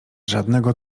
żadnego